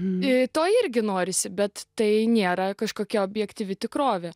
nei to irgi norisi bet tai nėra kažkokia objektyvi tikrovė